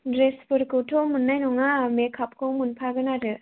ड्रेसफोरखौथ' मोननाय नङा मेकआपखौ मोनफागोन आरो